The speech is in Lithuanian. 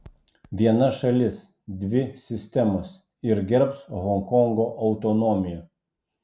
viena šalis dvi sistemos ir gerbs honkongo autonomiją